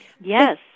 Yes